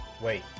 Wait